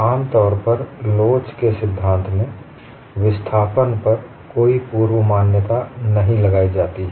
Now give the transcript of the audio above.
आमतौर पर लोच के सिद्धांत में विस्थापन पर कोई पूर्व मान्यता prior assumption नहीं लगायी जाती है